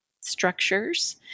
structures